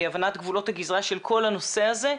הבנת גבולות הגזרה של כל הנושא הזה,